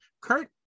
kurt